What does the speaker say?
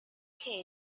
que